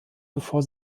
bevor